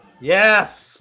Yes